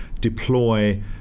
deploy